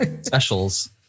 specials